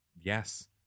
yes